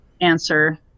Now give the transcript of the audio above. Answer